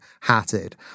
hatted